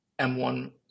M1